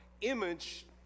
image